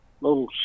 little